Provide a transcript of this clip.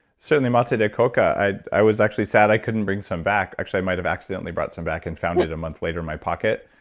certainly, mata de coca, i i was actually sad i couldn't bring some back. actually, i might have accidentally brought some back and found it a month later in my pocket.